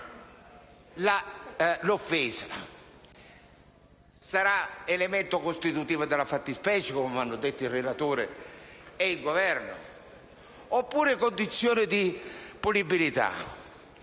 l'offesa, sarà elemento costitutivo della fattispecie - come hanno detto il relatore e il Governo - oppure condizione di punibilità?